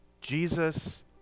Jesus